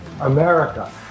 America